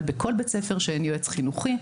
אבל בכל בית ספר שאין יועץ חינוכי,